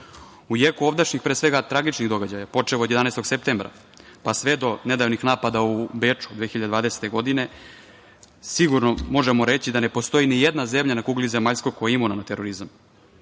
jeku ovdašnjih, pre svega, tragičnih događaja, počev od 11. septembra, pa sve do nedavnih napada u Beču 2020. godine, sigurno možemo reći da ne postoji nijedna zemlja na kugli zemaljskoj koja je imuna na terorizam. Savremeni